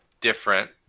different